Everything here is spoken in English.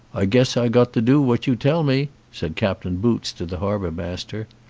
i guess i got to do what you tell me, said captain boots to the harbour master.